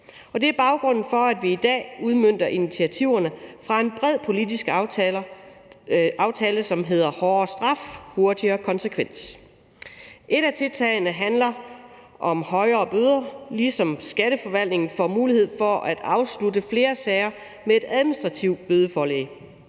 Det er baggrunden for, at vi i dag udmønter initiativerne fra en bred politisk aftale, som hedder »Hårdere straf Hurtigere konsekvens«. Et af tiltagene handler om højere bøder, ligesom Skatteforvaltningen får mulighed for at afslutte flere sager med et administrativt bødeforelæg.